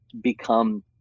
become